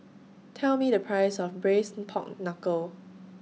Tell Me The Price of Braised Pork Knuckle